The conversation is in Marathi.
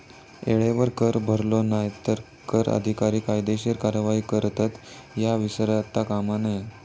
येळेवर कर भरलो नाय तर कर अधिकारी कायदेशीर कारवाई करतत, ह्या विसरता कामा नये